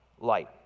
light